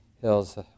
hills